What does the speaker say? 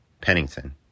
Pennington